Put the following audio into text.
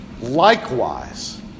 Likewise